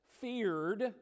feared